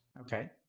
okay